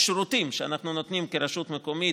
אלה שירותים שאנחנו נותנים כרשות מקומית,